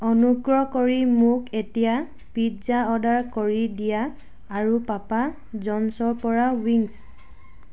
অনুগ্ৰহ কৰি মোক এতিয়া পিজ্জা অৰ্ডাৰ কৰি দিয়া আৰু পাপা জ'নছৰপৰা ৱিংগছ